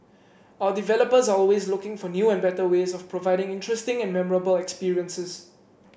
our developers are always looking for new and better ways of providing interesting and memorable experiences